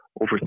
over